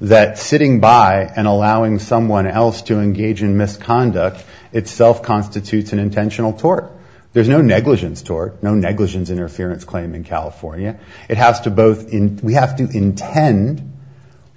that sitting by and allowing someone else to engage in misconduct itself constitutes an intentional tort there's no negligence or no negligence interference claim in california it has to both we have to intend